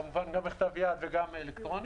כמובן גם בכתב יד וגם אלקטרונית,